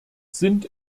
sind